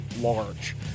large